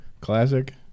classic